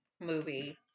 movie